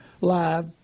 Live